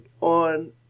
on